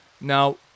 Now